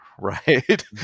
right